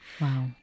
Wow